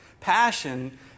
Passion